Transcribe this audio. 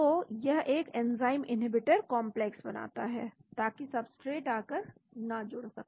तो यह एक एंजाइम इनहिबिटर कॉम्प्लेक्स बनाता है ताकि सब्सट्रेट आकर जुड़ न सके